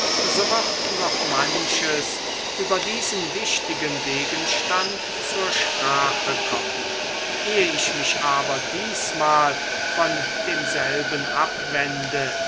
so wird noch manches über diesen wichtigen gegenstand zur sprache kommen ehe ich mich aber diesmal von demselben abwende